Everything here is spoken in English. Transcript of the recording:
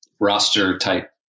roster-type